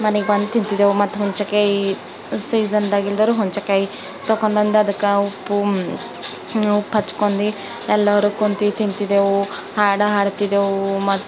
ಮನೆಗೆ ಬಂದು ತಿಂತಿದ್ದೆವು ಮತ್ತೆ ಹುಂಚೆಕಾಯಿ ಸೀಸನ್ದಾಗಿಳ್ದರು ಹುಂಚೆಕಾಯಿ ತಕೋಬಂದು ಅದಕ್ಕೆ ಉಪ್ಪು ಉಪ್ಪು ಹಚ್ಕೊಂಡು ಎಲ್ಲರು ಕುಂತು ತಿಂತಿದ್ದೆವು ಹಾಡು ಹಾಡ್ತಿದ್ದೆವು ಮತ್ತೆ